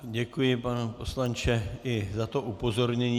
Děkuji, pane poslanče, i za to upozornění.